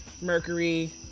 Mercury